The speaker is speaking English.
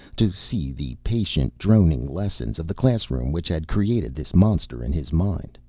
to see the patient droning lessons of the classroom which had created this monster in his mind.